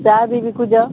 ଚାହା ବି ବିକୁଛ